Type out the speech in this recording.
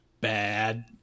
Bad